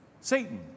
Satan